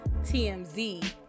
TMZ